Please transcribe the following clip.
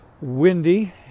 windy